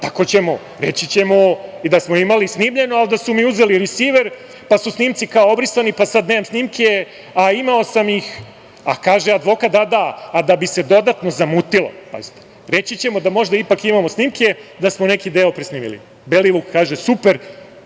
Tako ćemo. Reći ćemo i da smo imali snimljeno, ali da su mi uzeli risiver, pa su snimci, kao, obrisani, pa sada nemam snimke, a imao sam ih. Advokat kaže: „Da, da. A da bi se dodatno zamutilo, reći ćemo da možda ipak imamo snimke, da smo neki deo presnimili“. Belivuk kaže: „Super.